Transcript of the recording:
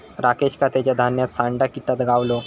राकेशका तेच्या धान्यात सांडा किटा गावलो